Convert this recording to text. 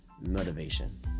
motivation